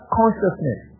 consciousness